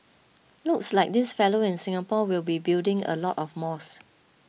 looks like this fellow in Singapore will be building a lot of mosques